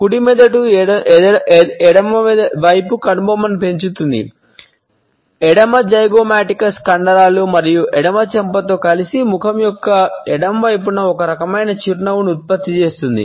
కుడి మెదడు ఎడమ వైపు కనుబొమ్మను పెంచుతుంది ఎడమ జైగోమాటికస్ కండరాలు మరియు ఎడమ చెంపతో కలిసి ముఖం యొక్క ఎడమ వైపున ఒక రకమైన చిరునవ్వును ఉత్పత్తి చేస్తుంది